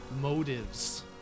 motives